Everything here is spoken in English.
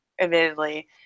admittedly